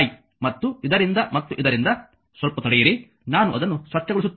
ಮತ್ತು ಇದರಿಂದ ಮತ್ತು ಇದರಿಂದ ಸ್ವಲ್ಪ ತಡೆಯಿರಿ ನಾನು ಅದನ್ನು ಸ್ವಚ್ಛಗೊಳಿಸುತ್ತೇನೆ